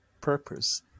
purpose